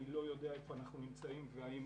אני לא יודע היכן אנחנו נמצאים והאם